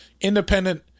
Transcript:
independent